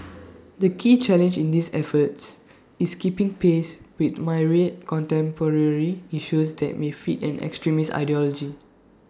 the key challenge in these efforts is keeping pace with myriad contemporary issues that may feed an extremist ideology